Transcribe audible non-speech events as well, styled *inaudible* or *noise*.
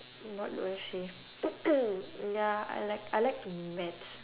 not really ashamed *coughs* ya I like I like to maths